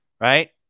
right